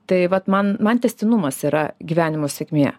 tai vat man man tęstinumas yra gyvenimo sėkmė